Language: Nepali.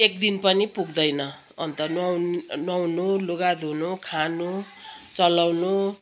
एकदिन पनि पुग्दैन अन्त नुहाउनु नुहाउनु लुगा धुनु खानु चलाउनु